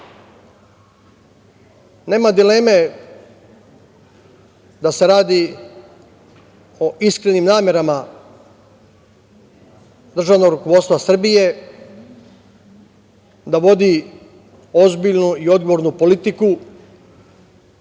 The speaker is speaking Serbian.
Nema dileme da se radi o iskrenim namerama državnog rukovodstva Srbije da vodi ozbiljnu i odgovornu politiku,